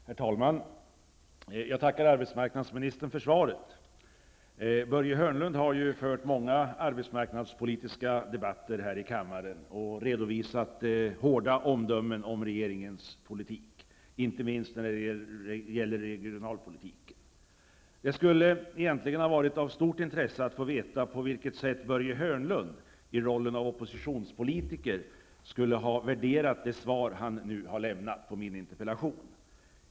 Herr talman! Jag tackar arbetsmarknadsministern för svaret. Börje Hörnlund har ju fört många arbetsmarknadspolitiska debatter här i kammaren och redovisat hårda omdömen om regeringens politik, inte minst när det gäller regionalpolitiken. Det skulle ha varit av stort intresse att få veta på vilket sätt Börje Hörnlund i rollen av oppositionspolitiker skulle ha värderat det svar han nu lämnat på min interpellation.